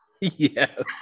Yes